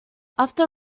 after